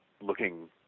looking